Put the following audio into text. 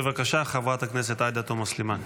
בבקשה, חברת הכנסת עאידה תומא סלימאן.